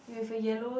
you with a yellow